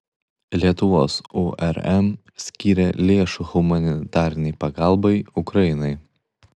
lietuvos urm skyrė lėšų humanitarinei pagalbai ukrainai